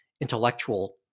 intellectual